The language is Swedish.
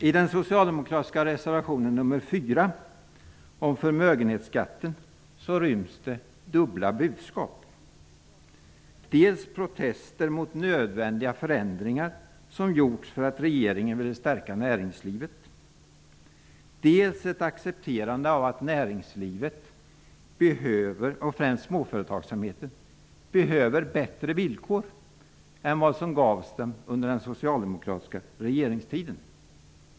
I socialdemokraternas reservation 4 om förmögenhetsskatten ryms det dubbla budskap, dels protester mot nödvändiga förändringar som regeringen har genomfört för att stärka näringslivet, dels ett accepterande av att näringslivet och främst småföretagsamheten behöver bättre villkor än vad som gavs under den socialdemokratiska regeringstiden.